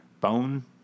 Bone